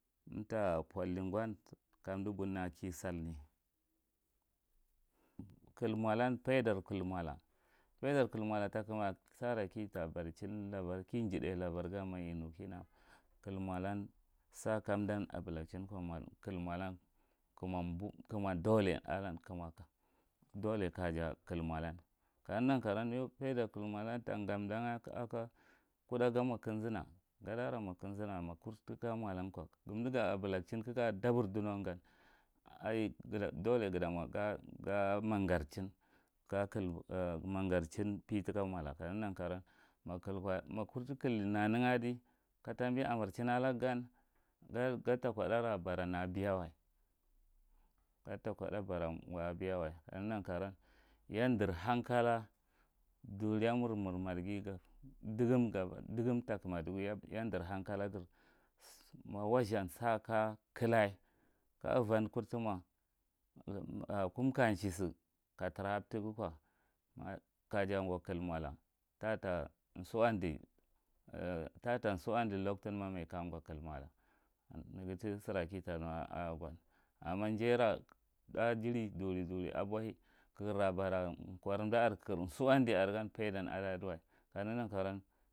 Mtapolli go kamdu bun aki sal. kilmolan faidar kilmola kaidar kilmoda tokuma sara kitabadichin labar kijidani kimolan kilmola sara kamdan a bulachin kilamolan nkumo bow kumo danlai alan kilmola kaneghi yen karau wan yau faidai kilmola, tayamdaza aka kudo garamo kinjiwa gada ramo kinzina ma kas tzka molanko gandu ngha abulachin kagako dabour dounoun, gan ai doulai nghi tamo gaman garchin a gaman garchin piye lika mola kaneghi nankarou wan maga kur tikitili nanin adi katabe amarchin alaghe gan gadi kodda dara bara bara na abeyawa gadi takodda bara gon beyawa kaneghi nan karauwan yadar hankala durahmur marghi dugum a dugum kakumadugu yadar hankala ghir ma wazah saka kilah ka uban kurtimo kumkamyeh chiasu ka tara afthegu kow kafa, guw kilmola tata suwandi a suwandi lauctinmamai kaja ngowa kilmola a noghi tisihra kita nuwakon ama jiyera dhajiri duri duri aboli kaghiral bara garda aria kaghirra suwandi argan faidan aduduwa